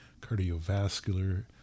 cardiovascular